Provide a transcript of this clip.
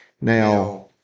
Now